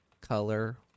Color